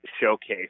showcase